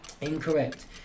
Incorrect